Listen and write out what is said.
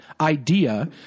idea